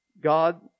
God